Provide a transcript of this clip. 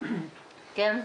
כן.